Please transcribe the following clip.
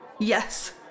Yes